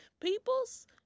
Peoples